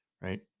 right